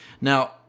Now